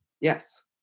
Yes